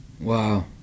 Wow